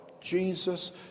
Jesus